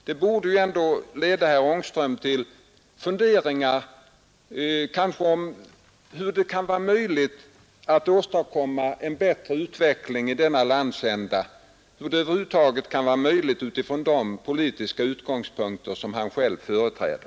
Detta borde kanske ändå leda herr Ångström till funderingar om hur det över huvud taget kan vara möjligt att åstadkomma en bättre utveckling i denna landsända utifrån de politiska utgångspunkter som han själv företräder.